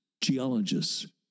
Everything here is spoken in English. geologists